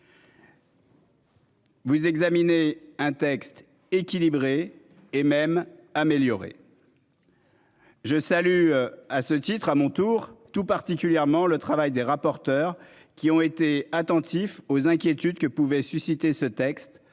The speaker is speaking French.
Vous examiner un texte équilibré et même améliorée. Je salue à ce titre à mon tour tout particulièrement le travail des rapporteurs qui ont été attentif aux inquiétudes que pouvait susciter ce texte